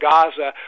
Gaza